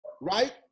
right